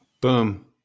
Boom